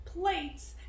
plates